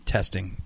Testing